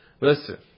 Listen